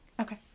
okay